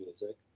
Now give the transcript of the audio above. music